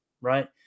right